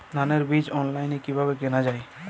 ধানের বীজ অনলাইনে কিভাবে কেনা যায়?